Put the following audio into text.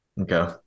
okay